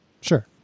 Sure